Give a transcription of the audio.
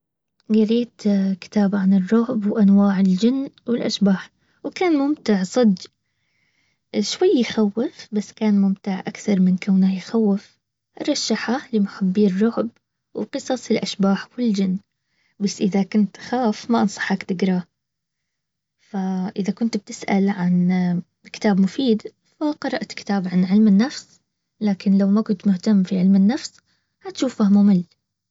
قريت كتابة عن الرعب وانواع الجن والاشبا. وكان ممتع صدج. شوي يخوف بس كان ممتع اكثر من كونه يخوف.ارشحه لمحبي الرعب وقصص الاشباح والجن. بس اذا كنت تخاف ما انصحك تقراه فاذا كنت بتسأل عن كتاب مفيد فقرأت كتاب عن علم النفس لكن لو ما كنت مهتم في علم النفس هتشوفه ممل